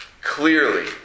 clearly